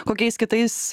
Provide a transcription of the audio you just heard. kokiais kitais